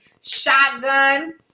Shotgun